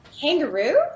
Kangaroo